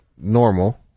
normal